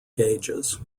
gauges